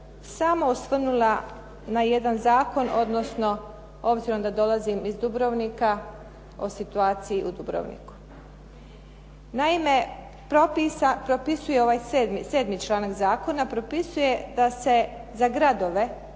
samo osvrnula na jedan zakon, odnosno obzirom da dolazim iz Dubrovnika o situaciji u Dubrovniku. Naime, propisuje ovaj 7. članak zakona propisuje da se za gradove